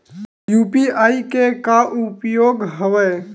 UPI के का उपयोग हवय?